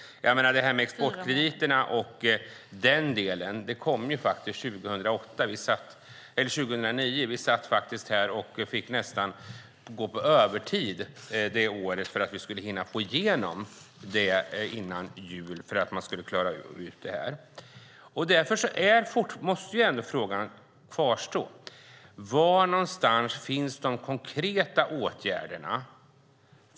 Exportkrediterna kom 2009. Vi fick nästan gå på övertid det året för att hinna få igenom det före jul. Frågan kvarstår därför: Var finns de konkreta åtgärderna?